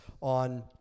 on